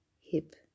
hip